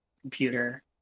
computer